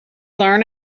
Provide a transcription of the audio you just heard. learn